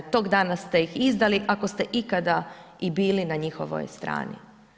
Tog dana ste ih izdali, ako ste ikada i bili na njihovoj strani.